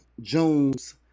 Jones